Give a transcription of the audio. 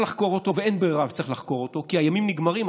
אין ברירה וצריך לחקור אותו, כי הימים נגמרים.